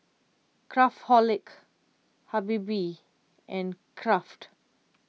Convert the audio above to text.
Craftholic Habibie and Kraft